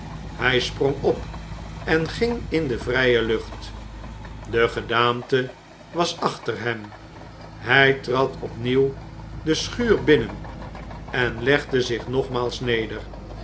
hij sprong op en ging in de vrije lucht de gedaante was achter hem hij trad opnieuw de schuur binnen en legde zich nogmaals neder